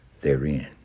therein